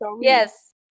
Yes